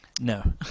No